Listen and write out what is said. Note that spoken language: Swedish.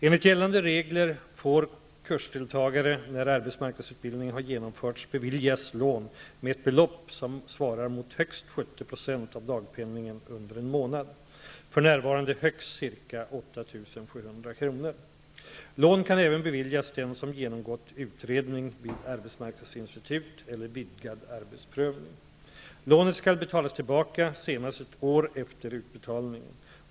Enligt gällande regler får kursdeltagare när arbetsmarknadsutbildningen har genomförts beviljas lån med ett belopp som svarar mot högst 70 % av dagpenningen under en månad, för närvarande högst ca 8 700 kr. Lån kan även beviljas den som genomgått utredning vid arbetsmarknadsinstitut eller vidgad arbetsprövning. Lånet skall betalas tillbaka senast ett år efter utbetalningen.